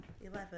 Eleven